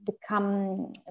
become